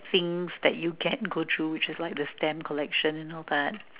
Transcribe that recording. things that you can go through which is like the stamp collection you know but